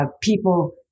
people